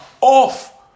Off